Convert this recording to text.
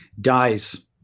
dies